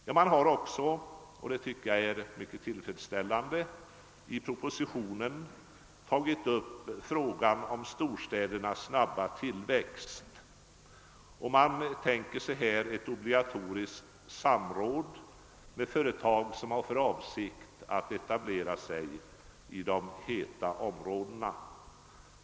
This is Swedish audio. Jag tycker också det är mycket till fredsställande att spörsmålet om storstädernas snabba tillväxt behandlats i propositionen. Man tänker sig här obligatoriskt samråd med företag som har för avsikt att etablera sig i de heta områdena.